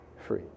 free